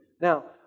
Now